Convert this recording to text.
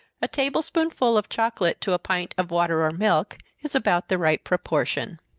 a table-spoonful of chocolate to a pint of water or milk, is about the right proportion.